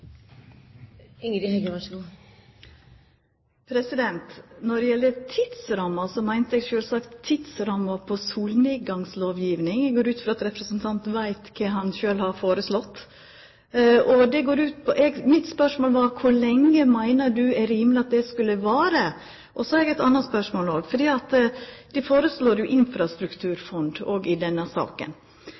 at her går vi ned i skyttergravene, og vi sørger for at Stortinget, som landets høyeste folkevalgte organ, ikke får være med og diskutere. Når det gjeld tidsramma, så meinte eg sjølvsagt tidsramma på solnedgangslovgjevinga. Eg går ut frå at representanten veit kva han sjølv har foreslått. Mitt spørsmål var: Kor lenge meiner representanten det er rimeleg at det skulle vara? Så har eg eit anna spørsmål. Ein foreslår òg infrastrukturfond i